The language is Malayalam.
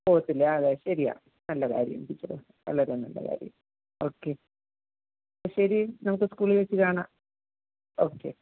പോവില്ല അതെ ശരിയാണ് നല്ല കാര്യം ടീച്ചറേ വളരെ നല്ല കാര്യം ഓക്കെ ശരി നമുക്ക് സ്കൂളിൽ വെച്ച് കാണാം ഓക്കെ